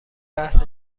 بحث